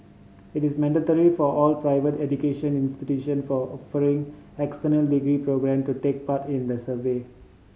it is mandatory for all private education institutions for offering external degree programme to take part in the survey